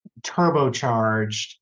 turbocharged